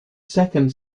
second